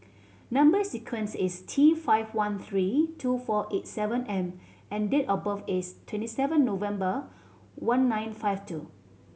number sequence is T five one three two four eight seven M and date of birth is twenty seven November one nine five two